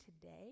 today